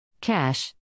Cash